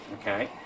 Okay